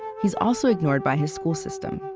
he's also ignored by his school system.